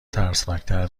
ترسناکتر